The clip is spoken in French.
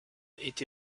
étaient